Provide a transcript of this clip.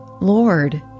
Lord